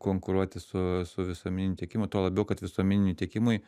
konkuruoti su su visuomeniniu tiekimu tuo labiau kad visuomeniniui tiekimui